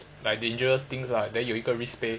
like dangerous things lah then 有一个 risk pay